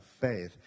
faith